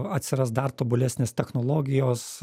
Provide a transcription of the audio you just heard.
atsiras dar tobulesnės technologijos